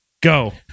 go